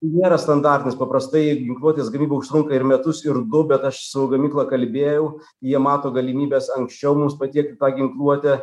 tai nėra standartas paprastai ginkluotės gamyba užtrunka ir metus ir du bet aš su gamykla kalbėjau jie mato galimybes anksčiau mums patiekti tą ginkluotę